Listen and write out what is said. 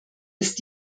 ist